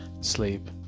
sleep